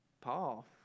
Paul